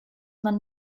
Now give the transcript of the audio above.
man